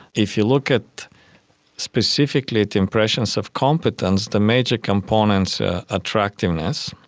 if you look at specifically impressions of competence, the major components are attractiveness.